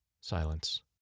Silence